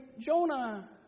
Jonah